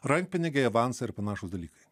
rankpinigiai avansai ir panašūs dalykai